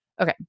okay